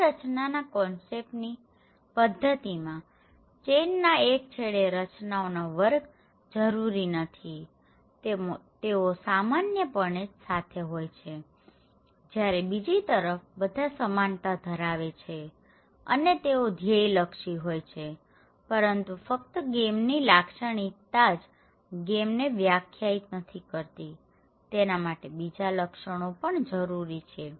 આ રચનાના કોન્સેપ્ટ ની પદ્ધતિમાં ચેઇન ના એક છેડે રચનાઓના વર્ગ જરુરી નથી તેઓ સામાન્યપણે જ સાથે હોય છેજયારે બીજી તરફ બધા સમાનતા ધરાવે છે અને તેઓ ધ્યેય લક્ષી હોય છે પરંતુ ફકત ગેમ ની લાક્ષણિકતા જ ગેમ ને વ્યાખ્યાયિત નથી કરતી તેના માટે બીજા લક્ષણો પણ જરૂરી છે